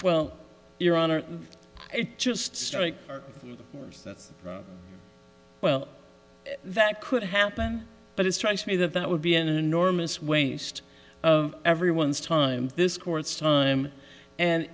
well your honor it just strikes that well that could happen but it strikes me that that would be an enormous waste of everyone's time this court's time and